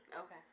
Okay